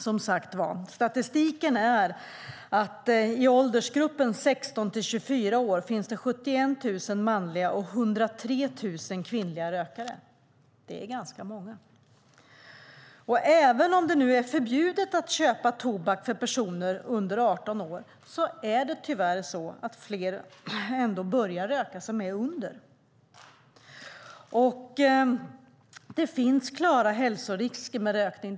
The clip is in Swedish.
Statistiken visar att det i åldersgruppen 16-24 år finns 71 000 manliga och 103 000 kvinnliga rökare. Det är ganska många. Även om det nu är förbjudet att köpa tobak för personer under 18 år börjar fler röka som är yngre än så. Det finns klara hälsorisker med rökning.